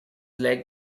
leg